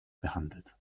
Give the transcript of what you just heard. behandelt